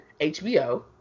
hbo